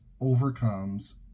overcomes